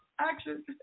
Action